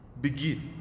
begin